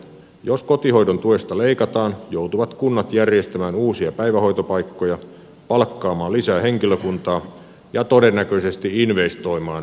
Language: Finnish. jos kotihoidon tuesta leikataan joutuvat kunnat järjestämään uusia päivähoitopaikkoja palkkaamaan lisää henkilökuntaa ja todennäköisesti investoimaan uusiin päiväkoteihin